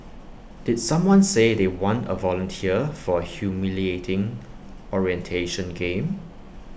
did someone say they want A volunteer for A humiliating orientation game